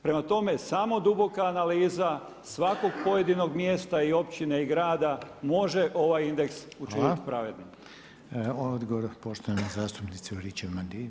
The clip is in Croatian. Prema tome samo duboka analiza svakog pojedinog mjesta i općine i grada može ovaj indeks učiniti pravednim.